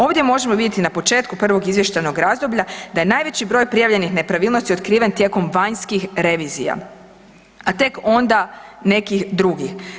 Ovdje možemo vidjeti na početku prvog izvještajnog razdoblja da je najveći broj prijavljenih nepravilnosti otkriven tijekom vanjskih revizija, a tek onda nekih drugih.